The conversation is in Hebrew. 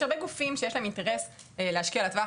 יש הרבה גופים שיש להם אינטרס להשקיע לטווח